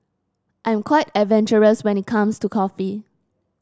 I'm quite adventurous when it comes to coffee